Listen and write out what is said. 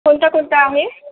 कोणतं कोणतं आहे